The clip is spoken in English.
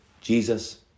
Jesus